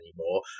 anymore